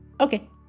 Okay